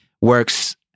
works